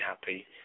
happy